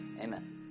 amen